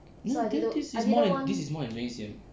no then this is more than this is more than twenty C_M